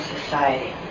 Society